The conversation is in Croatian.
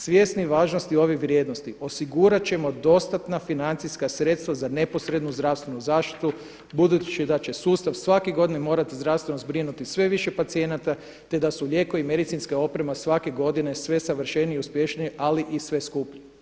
Svjesni važnosti ove vrijednosti osigurat ćemo dostatna financijska sredstva za neposrednu zdravstvenu zaštitu budući da će sustav svake godine morati zdravstveno zbrinuti sve više pacijenata, te da su lijekovi i medicinska oprema svake godine sve savršeniji i uspješniji, ali i sve skuplji.